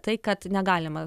tai kad negalima